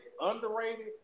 underrated